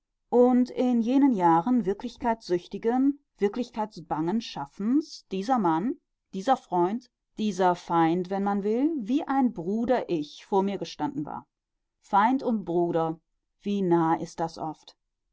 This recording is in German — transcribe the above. und in jenen jahren wirklichkeitssüchtigen wirklichkeitsbangen schaffens dieser mann dieser freund dieser feind wenn man will wie ein bruder ich vor mir gestanden war feind und bruder wie nah ist das oft